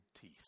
teeth